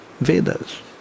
Vedas